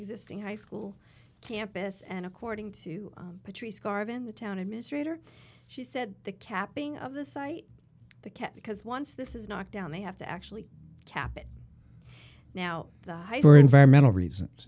existing high school campus and according to patrice garvin the town administrator she said the capping of the site the cap because once this is knocked down they have to actually kaput now the high for environmental reasons